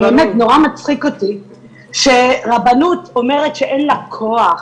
באמת נורא מצחיק אותי שרבנות אומרת שאין לה כוח,